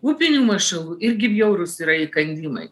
upinių mašalų irgi bjaurūs yra įkandimai